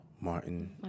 Martin